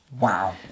Wow